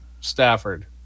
Stafford